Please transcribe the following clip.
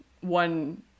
one